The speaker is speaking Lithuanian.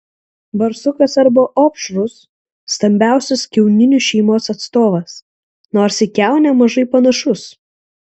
barsukas arba opšrus stambiausias kiauninių šeimos atstovas nors į kiaunę mažai panašus